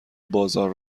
بازار